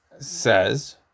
says